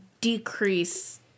Decrease